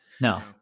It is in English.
No